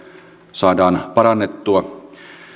saadaan parannettua